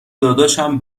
داداشم